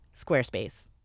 Squarespace